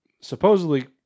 supposedly